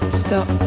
stop